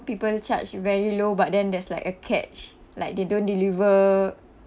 people charged very low but then there's like a catch like they don't deliver